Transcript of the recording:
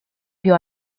più